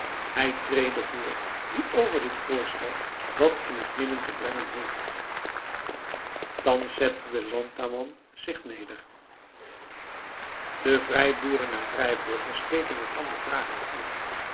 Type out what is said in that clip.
hij trede voor die over dit voorstel wat in het midden te brengen heeft thans zette de landamman zich neder de vrijboeren en vrijburgers keken elkander vragend aan